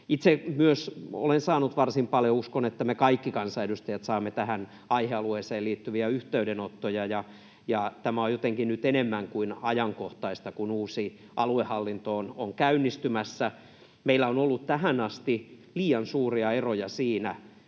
Itse myös olen saanut varsin paljon — ja uskon, että me kaikki kansanedustajat saamme — tähän aihealueeseen liittyviä yhteydenottoja, ja tämä on jotenkin nyt enemmän kuin ajankohtaista, kun uusi aluehallinto on käynnistymässä. Meillä on ollut tähän asti liian suuria eroja,